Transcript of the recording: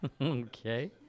Okay